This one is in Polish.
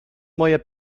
moje